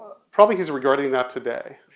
probably he's regretting that today,